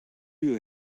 you